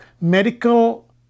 medical